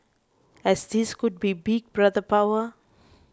as this could be Big Brother power